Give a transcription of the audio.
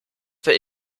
war